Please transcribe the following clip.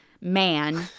man